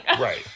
right